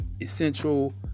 essential